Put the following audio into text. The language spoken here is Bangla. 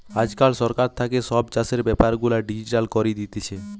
আজকাল সরকার থাকে সব চাষের বেপার গুলা ডিজিটাল করি দিতেছে